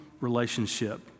relationship